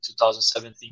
2017